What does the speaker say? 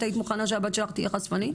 את היית מוכנה שהבת שלך תהיה חשפנית?